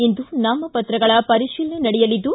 ಇಂದು ನಾಮಪತ್ರ ಪರಿಶೀಲನೆ ನಡೆಯಲಿದ್ದು